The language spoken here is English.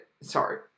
sorry